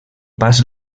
pas